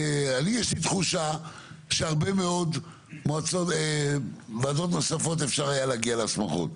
יש לי תחושה שהרבה מאוד וועדות נוספות אפשר היה להגיע להסמכות.